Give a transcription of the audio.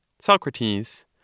Socrates